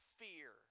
fear